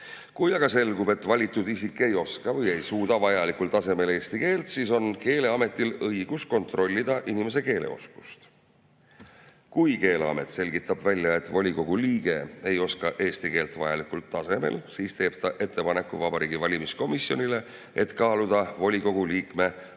Kui aga selgub, et valitud isik ei oska vajalikul tasemel eesti keelt, siis on Keeleametil õigus kontrollida inimese keeleoskust. Kui Keeleamet selgitab välja, et volikogu liige ei oska eesti keelt vajalikul tasemel, siis teeb ta Vabariigi Valimiskomisjonile ettepaneku kaaluda volikogu liikme mandaadi tühistamist.